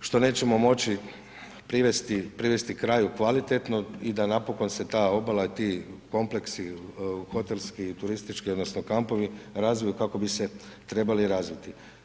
što nećemo moći privesti kraju kvalitetno i da napokon se ta obala i ti kompleksi hotelski i turistički odnosno kampovi, razviju kako bi se trebali razviti.